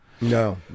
No